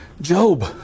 Job